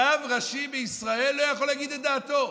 רב ראשי בישראל לא יכול להגיד את דעתו.